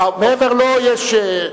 מעבר לו יש,